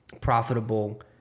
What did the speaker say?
profitable